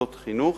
ובמוסדות חינוך